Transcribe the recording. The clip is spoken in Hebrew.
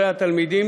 חברי חברי הכנסת,